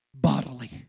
bodily